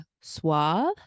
suave